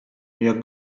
jak